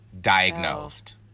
Diagnosed